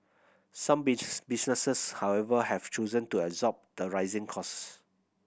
some bees businesses however have chosen to absorb the rising cost